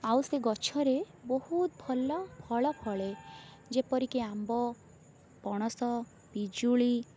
ଆଉ ସେ ଗଛରେ ବହୁତ ଭଲ ଫଳ ଫଳେ ଯେପରିକି ଆମ୍ବ ପଣସ ପିଜୁଳି